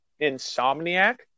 insomniac